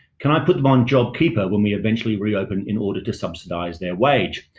can i put them on jobkeeper when we eventually reopen in order to subsidize their wage?